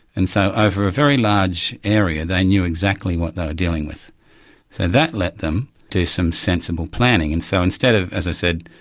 and so over a very large area, they knew exactly what they were dealing with. so that let them do some sensible planning, and so instead of, as i said,